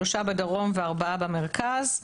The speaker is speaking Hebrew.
שלושה בדרום וארבעה במרכז.